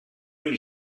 only